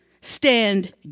stand